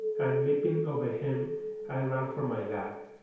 and leaping over him i ran for my life,